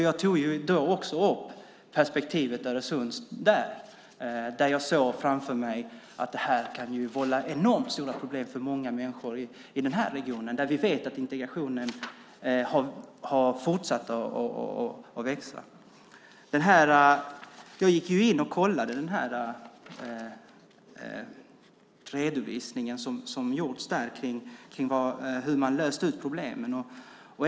Jag tog då upp Öresundsperspektivet eftersom jag såg framför mig att det kan vålla mycket stora problem för många människor i just den regionen där vi vet att integrationen har fortsatt att öka. Jag gick in och kollade den redovisning som gjorts om hur man skulle lösa problemen.